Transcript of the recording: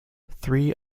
three